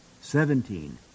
Seventeen